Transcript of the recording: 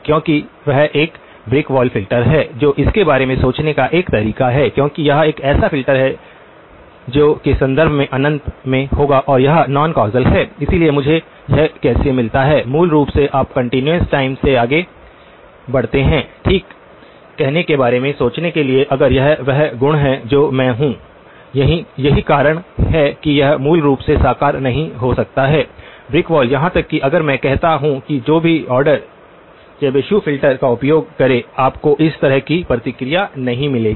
क्योंकि वह एक ब्रिक वॉल फ़िल्टर है और इसके बारे में सोचने का एक तरीका है क्योंकि यह एक ऐसा फ़िल्टर है जो के संदर्भ में अनंत में होगा और यह नॉन कौसल है इसलिए मुझे यह कैसे मिलता है मूल रूप से आप कंटीन्यूअस टाइम से आगे बढ़ते हैं ठीक कहने के बारे में सोचने के लिए अगर यह वह गुण है जो मैं हूं यही कारण है कि यह मूल रूप से साकार नहीं हो सकता है ब्रिक वॉल यहां तक कि अगर मैं कहता हूं कि जो भी ऑर्डर चैबीशेव फ़िल्टर का उपयोग करें आपको इस तरह की प्रतिक्रिया नहीं मिलेगी